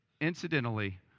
incidentally